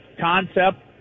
concept